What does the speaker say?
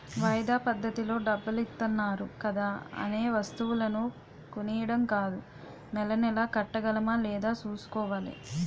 వాయిదా పద్దతిలో డబ్బులిత్తన్నారు కదా అనే వస్తువులు కొనీడం కాదూ నెలా నెలా కట్టగలమా లేదా సూసుకోవాలి